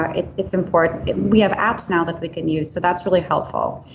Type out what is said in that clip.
ah it's it's important. we have apps now that we can use. that's really helpful.